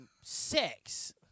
sex